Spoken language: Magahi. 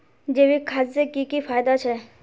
जैविक खाद से की की फायदा छे?